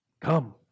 Come